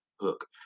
hook